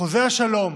חוזה השלום,